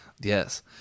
yes